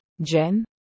Jen